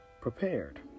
prepared